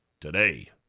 today